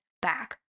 back